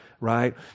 right